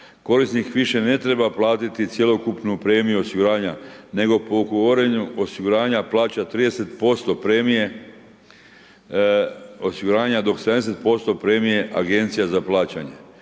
korisnik više ne treba platiti cjelokupnu premiju osiguranja nego po ugovaranju osiguranja plaća 30% premije osiguranja, dok 70% premije Agencija za plaćanje.